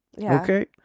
Okay